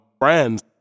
friends